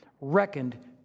reckoned